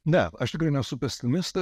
ne aš tikrai nesu pesimistas